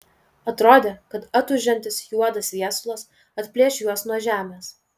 atrodė kad atūžiantis juodas viesulas atplėš juos nuo žemės